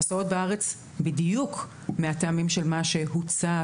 המסעות בארץ - בדיוק מהטעמים של מה שהוצג